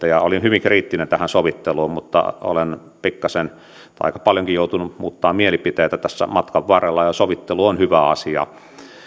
ja olin hyvin kriittinen tämän sovittelun suhteen mutta olen pikkasen tai aika paljonkin joutunut muuttamaan mielipiteitä tässä matkan varrella sovittelu on hyvä asia